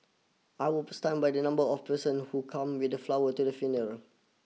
I was stunned by the number of person who come with the flower to the funeral